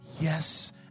yes